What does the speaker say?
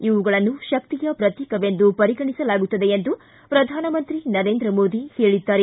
ಇವುಗಳನ್ನು ಶಕ್ತಿಯ ಪ್ರತೀಕವೆಂದು ಪರಿಗಣಿಸಲಾಗುತ್ತದೆ ಎಂದು ಪ್ರಧಾನಮಂತ್ರಿ ನರೇಂದ್ರ ಮೋದಿ ಹೇಳಿದ್ದಾರೆ